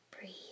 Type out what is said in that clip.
Breathe